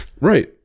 right